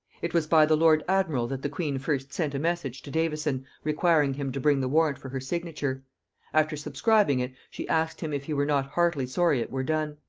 it was by the lord-admiral that the queen first sent a message to davison requiring him to bring the warrant for her signature after subscribing it, she asked him if he were not heartily sorry it were done?